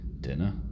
dinner